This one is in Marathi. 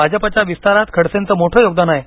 भाजपाच्या विस्तारात खडसेंच मोठं योगदान आहे